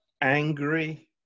Angry